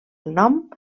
nom